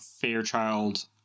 Fairchild